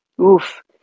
Oof